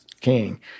King